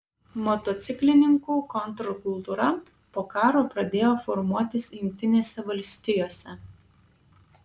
motociklininkų kontrkultūra po karo pradėjo formuotis jungtinėse valstijose